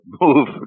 move